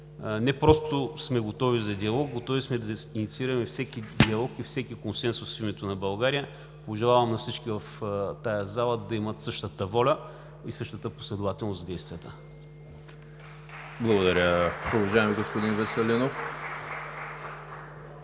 не просто сме готови за диалог, готови сме да инициираме всеки диалог и всеки консенсус в името на България. Пожелавам на всички в тая зала да имат същата воля и същата последователност в действията. ПРЕДСЕДАТЕЛ ЕМИЛ ХРИСТОВ: Благодаря, уважаеми господин Веселинов.